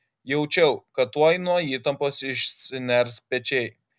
jaučiau kad tuoj nuo įtampos išsiners pečiai